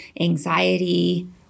anxiety